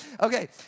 Okay